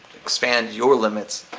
expand your limits,